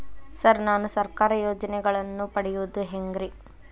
Sir ನಾನು ಸರ್ಕಾರ ಯೋಜೆನೆಗಳನ್ನು ಪಡೆಯುವುದು ಹೆಂಗ್ರಿ?